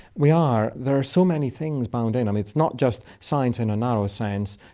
we are. there are so many things bound in, um it's not just science in a narrow sense,